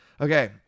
Okay